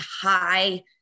high